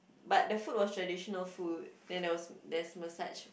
but the food was traditional food then there was there's massage